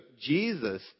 Jesus